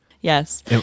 Yes